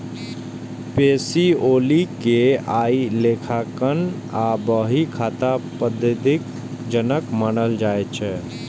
Pacioli कें आइ लेखांकन आ बही खाता पद्धतिक जनक मानल जाइ छै